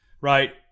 right